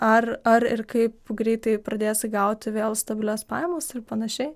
ar ar ir kaip greitai pradėsi gauti vėl stabilias pajamas ir panašiai